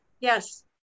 Yes